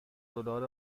دلار